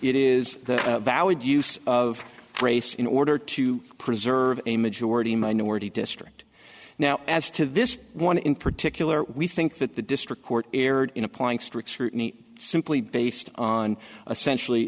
it is a valid use of race in order to preserve a majority minority district now as to this one in particular we think that the district court erred in applying strict scrutiny simply based on a centrally